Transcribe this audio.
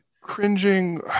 cringing